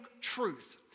truth